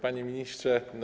Panie Ministrze!